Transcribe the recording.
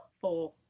Four